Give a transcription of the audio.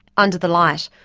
under the light,